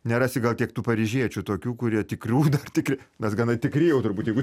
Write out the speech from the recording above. nerasi gal kiek tų paryžiečių tokių kurie tikrių dar tikri mes gana tikri jau turbūt jeigu